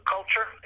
culture